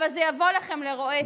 אבל זה יהיה לכם לרועץ.